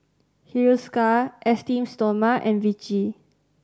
Hiruscar Esteem Stoma and Vichy